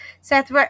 Seth